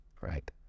right